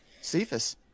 Cephas